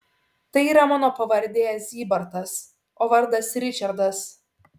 tai yra mano pavardė zybartas o vardas ričardas